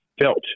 felt